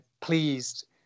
pleased